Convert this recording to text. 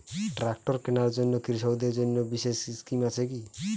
Tractor কেনার জন্য কৃষকদের জন্য বিশেষ স্কিম আছে কি?